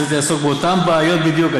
הצוות יעסוק באותן בעיות בדיוק,